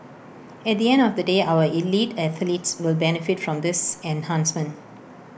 at the end of the day our elite athletes will benefit from this enhancement